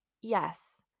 Yes